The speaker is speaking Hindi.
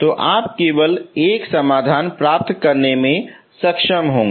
तो आप केवल एक समाधान प्राप्त करने में सक्षम होंगे